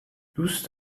دوست